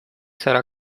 será